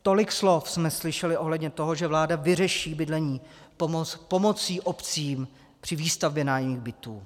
Tolik slov jsme slyšeli ohledně toho, že vláda vyřeší bydlení pomocí obcím při výstavbě nájemních bytů.